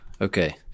Okay